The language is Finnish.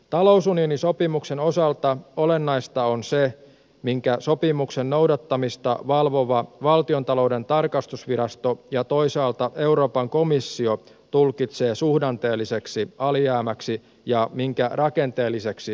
talousunionisopimuksen osalta olennaista on se minkä sopimuksen noudattamista valvova valtiontalouden tarkastusvirasto ja toisaalta euroopan komissio tulkitsevat suhdanteelliseksi alijäämäksi ja minkä rakenteelliseksi alijäämäksi